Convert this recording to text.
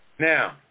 Now